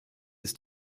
ist